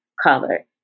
color